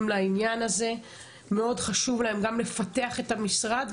לעניין ומאוד חשוב להם לפתח את המשרד.